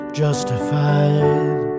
justified